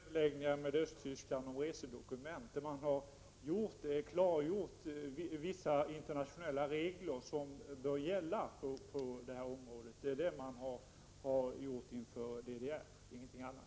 Fru talman! Man har inte fört överläggningar med Östtyskland om resedokument. Vad man gjort är att klargöra vissa internationella regler som bör gälla på detta område. Det är vad man har gjort inför DDR — ingenting annat.